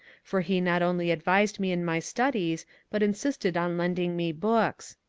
for he not only advised me in my studies but insisted on lending me books.